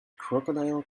crocodile